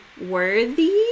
worthy